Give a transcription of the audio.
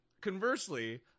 conversely